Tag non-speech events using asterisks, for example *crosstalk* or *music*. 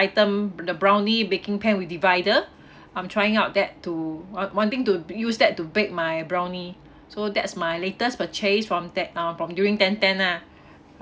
item the brownie baking pan with divider I'm trying out that to want wanting to use that to bake my brownie so that's my latest purchase from that uh from during ten ten lah *breath*